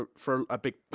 ah for a big,